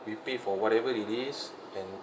we pay for whatever it is and